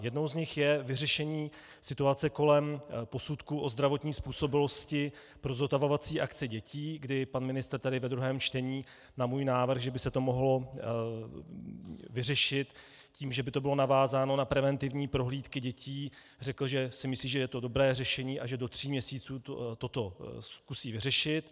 Jednou z nich je vyřešení situace kolem posudků o zdravotní způsobilosti pro zotavovací akce dětí, kdy pan ministr tady ve druhém čtení na můj návrh, že by se to mohlo vyřešit tím, že by to bylo navázáno na preventivní prohlídky dětí, řekl, že si myslí, že je to dobré řešení a že do tří měsíců toto zkusí vyřešit.